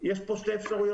לפי דעתי יש פה שתי אפשרויות.